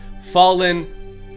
fallen